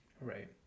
right